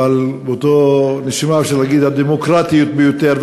אבל באותה נשימה אפשר להגיד הדמוקרטיות ביותר,